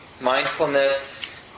mindfulness